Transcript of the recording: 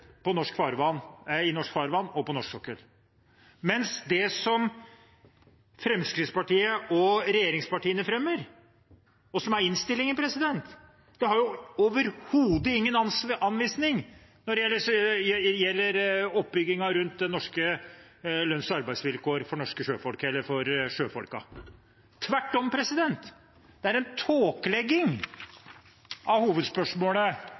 i norsk farvann og på norsk sokkel, mens det som Fremskrittspartiet og regjeringspartiene fremmer, som er innstillingen, overhodet ikke har noen anvisning når det gjelder oppbyggingen rundt norske lønns- og arbeidsvilkår for sjøfolkene. Tvert om: Det er en tåkelegging av hovedspørsmålet